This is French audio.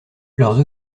leurs